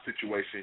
situation